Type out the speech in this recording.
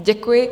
Děkuji.